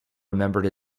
remembered